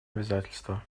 обязательства